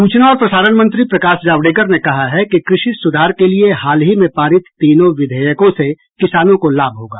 सूचना और प्रसारण मंत्री प्रकाश जावड़ेकर ने कहा है कि कृषि सुधार के लिए हाल ही में पारित तीनों विधेयकों से किसानों को लाभ होगा